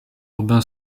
urbain